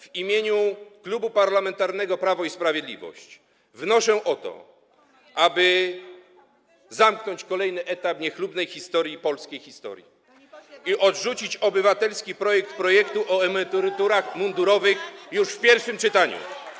W imieniu Klubu Parlamentarnego Prawo i Sprawiedliwość wnoszę o to, aby zamknąć kolejny etap niechlubnej polskiej historii i odrzucić obywatelski projekt ustawy o emeryturach mundurowych już w pierwszym czytaniu.